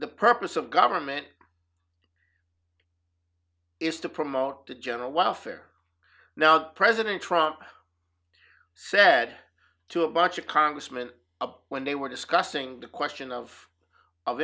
the purpose of government is to promote the general welfare now president trump said to a bunch of congressmen when they were discussing the question of of